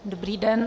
Dobrý den.